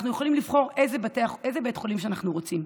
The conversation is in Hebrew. אנחנו יכולים לבחור איזה בית חולים שאנחנו רוצים,